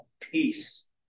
peace